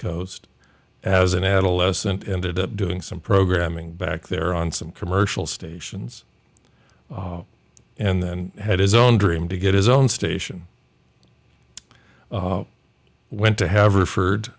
coast as an adolescent ended up doing some programming back there on some commercial stations and then had his own dream to get his own station went to have